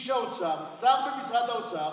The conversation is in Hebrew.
איש האוצר, שר במשרד האוצר,